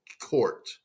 court